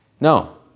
No